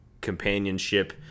companionship